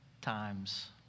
times